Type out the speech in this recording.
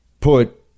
put